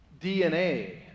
DNA